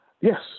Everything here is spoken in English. Yes